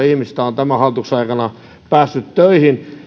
ihmistä on tämän hallituksen aikana päässyt töihin